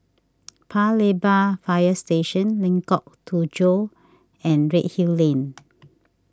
Pa Lebar Fire Station Lengkok Tujoh and Redhill Lane